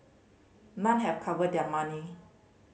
none have recovered their money